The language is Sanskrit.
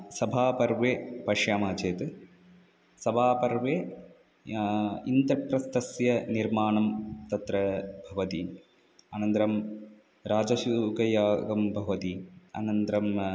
सभापर्वे पश्यामः चेत् सभापर्वे इन्द्रप्रस्थस्य निर्माणं तत्र भवति अनन्तरं राजसूययागं भवति अनन्तरम्